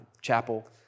chapel